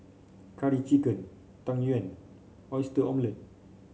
Curry Chicken Tang Yuen Oyster Omelette